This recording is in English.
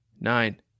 nine